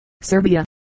Serbia